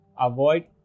avoid